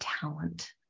talent